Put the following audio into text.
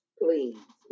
please